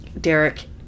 derek